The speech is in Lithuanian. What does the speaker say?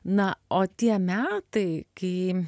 na o tie metai kai